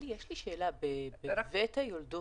בבית החולים,